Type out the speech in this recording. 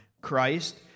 Christ